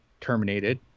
terminated